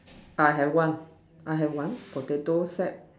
I have one I have one potato set